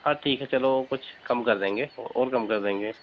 हाँ ठीक है चलो कुछ कम कर देंगे और कम कर देंगे